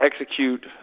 execute